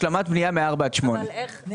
השלמת בנייה מארבע עד שמונה שנים.